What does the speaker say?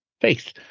faith